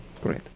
Great